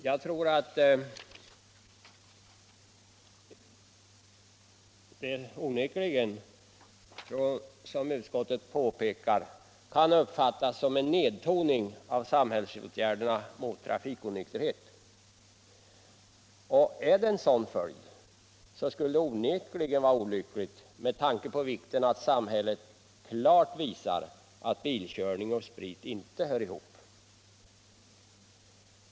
Och, som utskottet påpekar, ett borttagande av ekonomiska sanktioner kan onekligen uppfattas som en nedtoning av samhällets åtgärder mot trafikonykterhet. En sådan följd skulle onekligen vara olycklig med tanke på vikten av att samhället klart visar att bilkörning och sprit inte hör ihop.